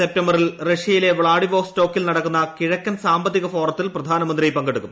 സെപ്റ്റംബറിൽ റഷ്യയിലെ വ്ളാഡിവോസ്റ്റോക്കിൽ നടക്കുന്ന കിഴക്കൻ സാമ്പത്തിക ഫോറത്തിൽ പ്രധാനമന്ത്രി പങ്കെടുക്കും